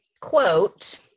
quote